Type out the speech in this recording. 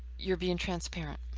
your being transparent